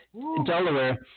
Delaware